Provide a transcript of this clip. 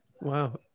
Wow